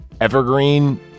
Evergreen